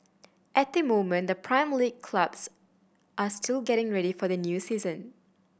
at the moment the Prime League clubs are still getting ready for their new season